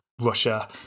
Russia